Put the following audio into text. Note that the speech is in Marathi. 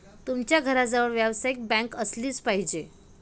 तुमच्या घराजवळ व्यावसायिक बँक असलीच पाहिजे